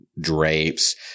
drapes